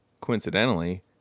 Coincidentally